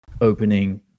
opening